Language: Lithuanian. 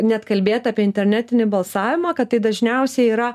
net kalbėt apie internetinį balsavimą kad tai dažniausiai yra